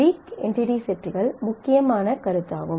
week entity செட்கள் முக்கியமான கருத்தாகும்